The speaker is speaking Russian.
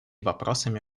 вопросами